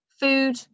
food